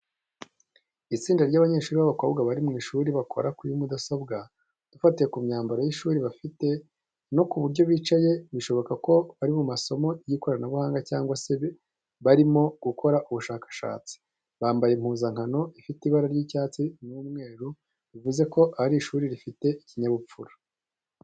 Itsinda ry’abanyeshuri b’abakobwa bari mu ishuri bakora kuri mudasobwa. Dufatiye ku myambaro y’ishuri bafite no ku buryo bicaye, bishoboka ko bari mu masomo y’ikoranabuhanga cyangwa barimo gukora ubushakashatsi. Bambaye impuzankano ifite ibara ry’icyatsi n'umweru, bivuze ko ari ishuri rifite ikinyabupfura.